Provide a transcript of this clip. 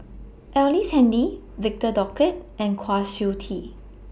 Ellice Handy Victor Doggett and Kwa Siew Tee